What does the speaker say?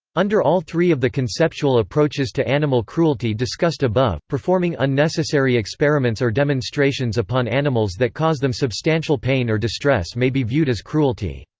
under all three of the conceptual approaches to animal cruelty discussed above, performing unnecessary experiments or demonstrations upon animals that cause them substantial pain or distress may be viewed as cruelty.